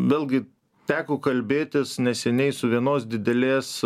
vėlgi teko kalbėtis neseniai su vienos didelės